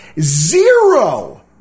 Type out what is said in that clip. Zero